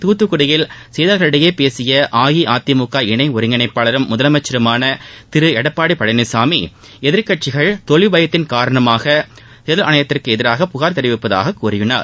துத்துக்குடியில் செய்தியாளர்களிடம் பேசிய அஇஅதிமுக முன்னதாக இணை ஒருங்கிணைப்பாளரும் முதலமைச்சருமான திரு எடப்பாடி பழனிசாமி எதிர்கட்சிகள் தோல்வி பயத்தின் காரணமாக தேர்தல் ஆணையத்திதற்கு எதிராக புகார் தெரிவிப்பதாக கூறியுனார்